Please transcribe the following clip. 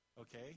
okay